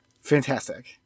Fantastic